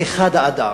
כאחד האדם.